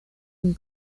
and